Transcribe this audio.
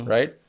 Right